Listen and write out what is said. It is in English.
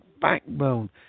backbone